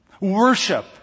Worship